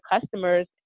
customers